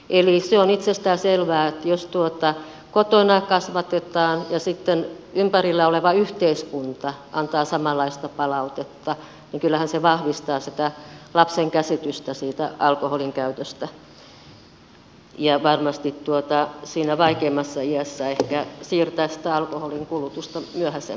eli se on itsestään selvää että jos kotona kasvatetaan ja sitten ympärillä oleva yhteiskunta antaa samanlaista palautetta niin kyllähän se vahvistaa sitä lapsen käsitystä siitä alkoholinkäytöstä ja varmasti siinä vaikeimmassa iässä ehkä siirtää sitä alkoholinkulutusta myöhäisempään vaiheeseen